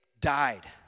died